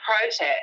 protest